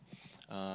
uh